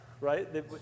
right